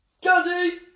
Daddy